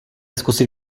zkusit